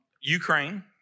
Ukraine